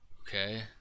Okay